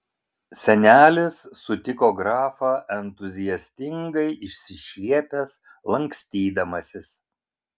senelis sutiko grafą entuziastingai išsišiepęs lankstydamasis